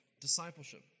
discipleship